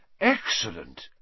Excellent